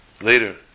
later